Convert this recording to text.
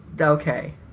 okay